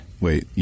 Wait